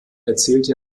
erzählte